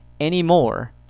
anymore